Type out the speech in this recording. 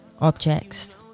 objects